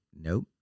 nope